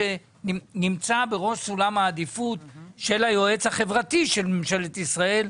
שנמצא בראש סולם העדיפות של היועץ החברתי של ממשלת ישראל,